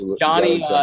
Johnny